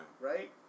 right